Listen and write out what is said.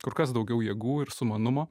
kur kas daugiau jėgų ir sumanumo